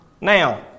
Now